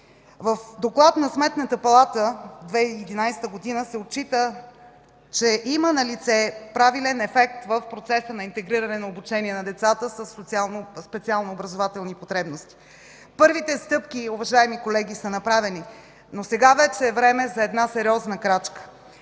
В доклад на Сметната палата от 2011 г. се отчита, че има налице правилен ефект в процеса на интегриране на обучение на децата със специални образователни потребности. Уважаеми колеги, първите стъпки са направени, но вече е време за сериозна крачка.